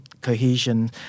cohesion